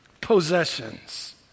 possessions